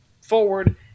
forward